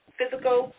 physical